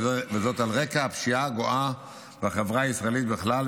וזאת על רקע הפשיעה הגואה בחברה הישראלית בכלל,